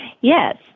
Yes